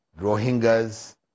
Rohingyas